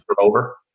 over